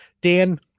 Dan